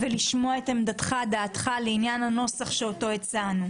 עמדתך ואת דעתך לעניין הנוסח שאותו הצענו.